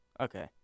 Okay